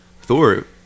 thor